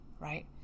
Right